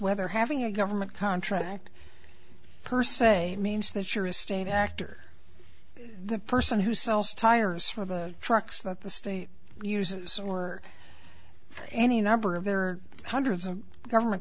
whether having a government contract per se means that you're a state actor the person who sells tires for the trucks that the state uses or for any number of there are hundreds of government